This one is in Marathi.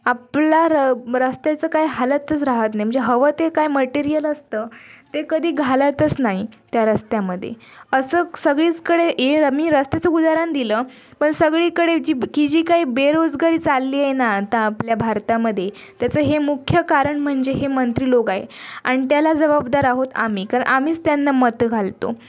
आपला र रस्त्याचं काही हालतच राहत नाही म्हणजे हवं ते काय मटेरियल असतं ते कधी घालतच नाही त्या रस्त्यामध्ये असं सगळीचकडे हे मी रस्त्याचं एक उदाहरण दिलं पण सगळीकडे जीब की जी काही बेरोजगारी चालली आहे ना आता आपल्या भारतामध्ये त्याचं हे मुख्य कारण म्हणजे हे मंत्री लोक आहे आणि त्याला जबाबदार आहोत आम्ही कारण आम्हीच त्यांना मतं घालतो